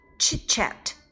Chit-chat